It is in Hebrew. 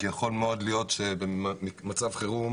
כי יכול להיות שבמצב חירום